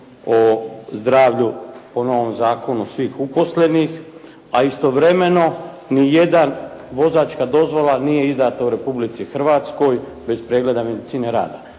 o zdravlju po novom zakonu svih uposlenih, a istovremeno ni jedna vozačka dozvola nije izdata u Republici Hrvatskoj bez pregleda medicine rada.